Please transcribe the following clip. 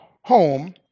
home